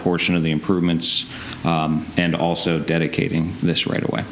portion of the improvements and also dedicating this right away